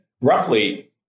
roughly